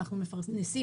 אנחנו מפרנסים